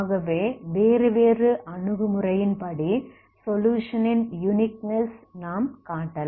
ஆகவே வேறு வேறு அணுகுமுறையின்படி சொலுயுஷன் ன் யுனிக்னெஸ் நாம் காட்டலாம்